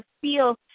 feel